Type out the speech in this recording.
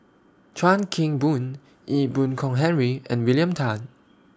Chuan Keng Boon Ee Boon Kong Henry and William Tan